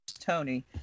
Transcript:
Tony